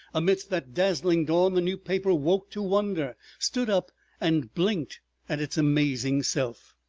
amidst that dazzling dawn the new paper woke to wonder, stood up and blinked at its amazing self.